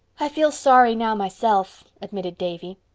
i feel sorry now myself, admitted davy,